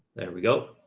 there we go.